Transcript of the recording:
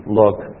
look